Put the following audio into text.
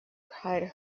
cried